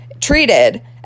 treated